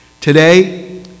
Today